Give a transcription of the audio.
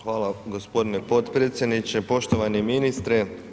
Hvala gospodine potpredsjedniče, poštovani ministre.